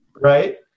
right